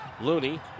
Looney